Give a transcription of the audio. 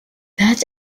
that